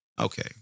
Okay